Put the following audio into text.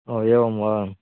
ओ एवं वा